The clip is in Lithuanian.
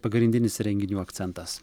pagrindinis renginių akcentas